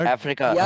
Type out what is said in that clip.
Africa